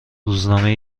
روزنامه